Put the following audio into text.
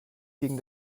ging